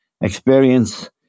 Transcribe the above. experience